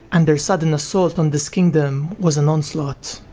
and their sudden assault on this kingdom was an onslaught.